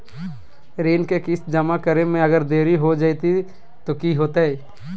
ऋण के किस्त जमा करे में अगर देरी हो जैतै तो कि होतैय?